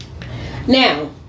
Now